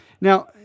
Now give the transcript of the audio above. Now